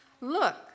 Look